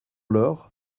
lors